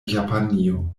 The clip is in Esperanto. japanio